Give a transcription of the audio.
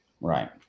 right